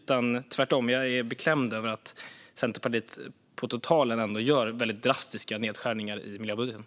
Tvärtom är jag beklämd över att Centerpartiet på totalen gör väldigt drastiska nedskärningar i miljöbudgeten.